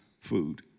food